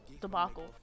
debacle